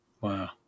Wow